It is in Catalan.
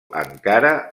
ankara